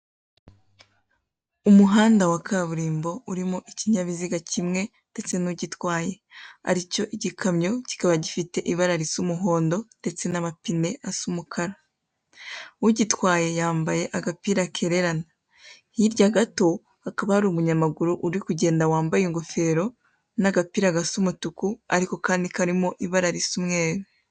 Umuhanda wa kaburimo urimo ikinyabiziga kimwe ndetse n'ugitwaye, aricyo igikamyo, kikaba gifite ibara risa umuhondo ndetse n'amapine asa umukara. Ugitwaye yambaye agapira kererana. Hirya gato hakaba hari umunyamaguru uri kugenda wambaye ingofero n'agapira gasa umutuku ariko kandi karimo ibara risa umweru.